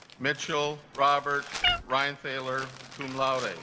mitchell robert ryan taylor cum laude and